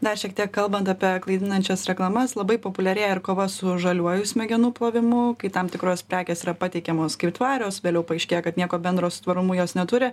dar šiek tiek kalbant apie klaidinančias reklamas labai populiarėja ir kova su žaliuoju smegenų plovimu kai tam tikros prekės yra pateikiamos kaip tvarios vėliau paaiškėja kad nieko bendro su tvarumu jos neturi